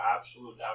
absolute